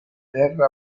terra